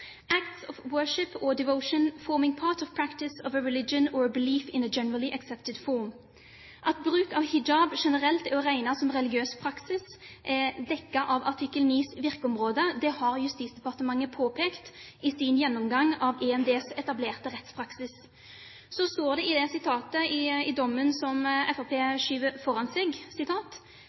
«acts of worship of devotion forming part of the practice of a religion or a belief in a generally accepted form». At bruk av hijab generelt er å regne som religiøs praksis, er dekket av artikkel 9 sitt virkeområde. Det har Justisdepartementet påpekt i sin gjennomgang av EMDs etablerte rettspraksis. Så står dette sitatet i dommen som Fremskrittspartiet skyver foran seg: